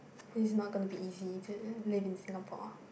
it's not gonna be easy to live in Singapore